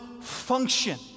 function